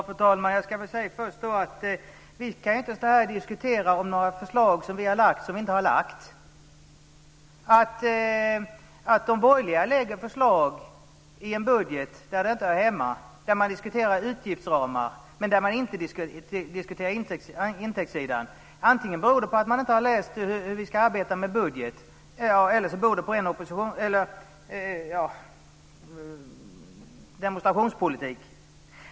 Fru talman! Vi kan inte stå här och diskutera förslag som vi inte har lagt fram. Att de borgerliga lägger fram förslag i en budget där de diskuterar utgiftsramar men inte diskuterar intäkter beror antingen på att de inte har läst hur vi ska arbeta med budgeten eller så är det demonstrationspolitik.